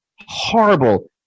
horrible